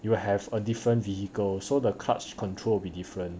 you will have a different vehicle so the clutch control be different